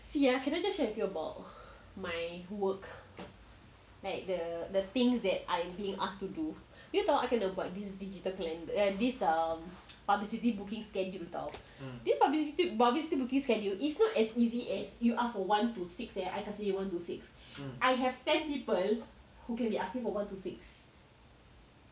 see ah can can I just share with you about my work like the the things that I being asked to do you tahu I kena buat about this digital plan about this um publicity booking schedule [tau] this publicity booking schedule is not as easy as you ask for one to six eh I kasi one to six I have ten people who can be asking for one to six